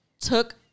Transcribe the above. took